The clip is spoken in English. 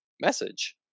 message